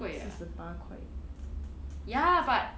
四十八块